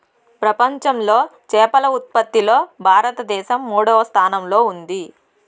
ప్రపంచంలో చేపల ఉత్పత్తిలో భారతదేశం మూడవ స్థానంలో ఉంది